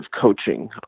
coaching